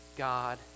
God